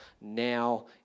now